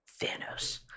Thanos